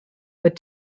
but